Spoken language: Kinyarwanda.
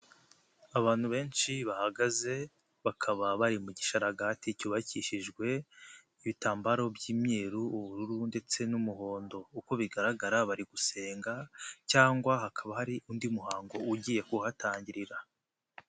Abantu benshi bahagaze bakaba bari mu gishararaga cyubakishijwe ibitambaro by'imyeru, ubururu ndetse n'umuhondo, uko bigaragara bari gusenga, cyangwa hakaba hari undi muhango ugiye kuhatangirira.